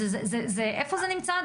איפה זה נמצא?